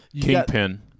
Kingpin